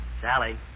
Sally